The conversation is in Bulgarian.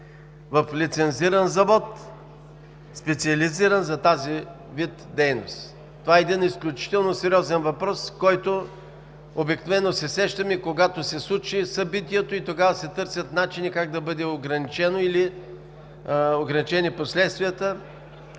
в лицензиран завод, специализиран за тази вид дейност. Това е изключително сериозен въпрос, за който обикновено се сещаме, когато се случи събитието. Тогава се търсят начини как да бъдат ограничени последствията